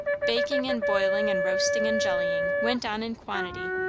baking and boiling and roasting and jellying went on in quantity,